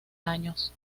años